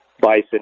bison